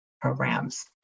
programs